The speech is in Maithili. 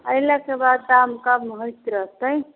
एहि लऽ कऽ बतैब कम होइत रहतै